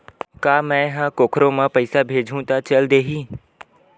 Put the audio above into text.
का मै ह कोखरो म पईसा भेजहु त चल देही?